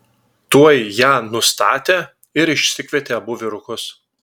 tuoj ją nustatė ir išsikvietė abu vyrukus